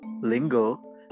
lingo